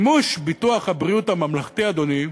מימוש ביטוח הבריאות הממלכתי, אדוני,